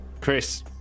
Chris